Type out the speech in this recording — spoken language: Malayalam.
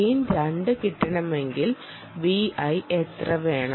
ഗെയിൻ 2 കിട്ടണമെങ്കിൽ Vi എത്ര വേണം